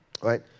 Right